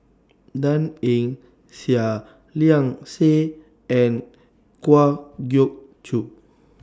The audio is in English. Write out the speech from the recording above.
Dan Ying Seah Liang Seah and Kwa Geok Choo